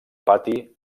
pati